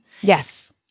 Yes